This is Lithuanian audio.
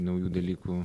naujų dalykų